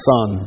Son